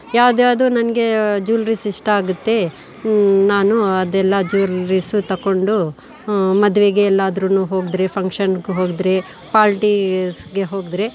ಯಾವುದ್ಯಾವ್ದು ನನಗೆ ಜ್ಯುಲ್ರಿಸ್ ಇಷ್ಟ ಆಗುತ್ತೆ ನಾನು ಅದೆಲ್ಲ ಜ್ಯುಲ್ರಿಸ್ ತಗೊಂಡು ಮದುವೆಗೆ ಎಲ್ಲಾದ್ರೂ ಹೋದರೆ ಫಂಕ್ಷನ್ಗೆ ಹೋದರೆ ಪಾರ್ಟೀಸ್ಗೆ ಹೋದರೆ